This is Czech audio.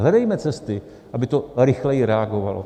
Hledejme cesty, aby to rychleji reagovalo.